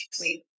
Wait